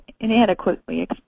inadequately